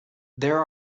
there